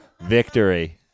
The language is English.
victory